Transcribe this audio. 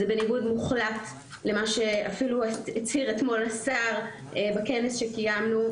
זה בניגוד מוחלט למה שהצהיר אתמול השר בכנס שקיימנו.